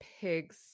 pigs